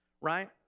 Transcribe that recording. right